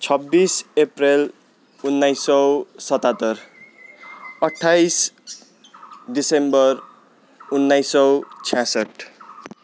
छब्बिस अप्रेल उन्नाइस सय सतहत्तर अट्ठाइस डिसेम्बर उन्नाइस सय छ्यासठ